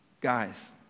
guys